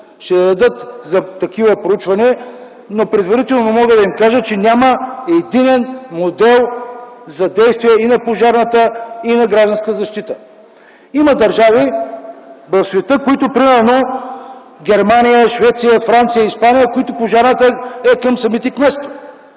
пари за такива проучвания, но предварително мога да им кажа, че няма единен модел за действие и на Пожарната, и на „Гражданска защита”. Има държави в света, например Германия, Швеция, Франция и Испания, в които Пожарната е към самите кметства